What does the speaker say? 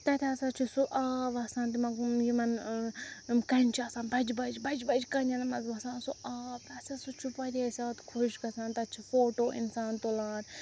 تَتہِ ہَسا چھُ سُہ آب وَسان تِمَن یِمَن کَنہِ چھِ آسان بَجہِ بَجہِ بَجہِ بَجہِ کَنٮ۪ن مَنٛز وَسان سُہ آب اَسہِ ہَسا چھُ واریاہ زیادٕ خۄش گَژھان تَتہِ چھُ فوٹوٗ اِنسان تُلان